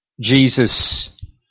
Jesus